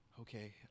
Okay